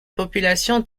population